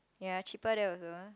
ya cheaper there also ah